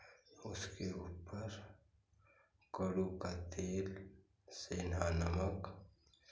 उसके ऊपर कड़ू का तेल सेंधा नमक